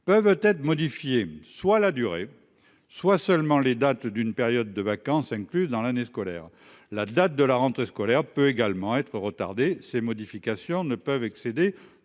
peuvent être modifiés, soit la durée soit seulement les dates d'une période de vacances inclus dans l'année scolaire. La date de la rentrée scolaire peut également être retardée. Ces modifications ne peuvent excéder